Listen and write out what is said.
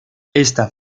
esta